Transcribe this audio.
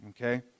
Okay